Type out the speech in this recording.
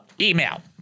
email